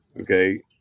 Okay